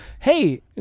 hey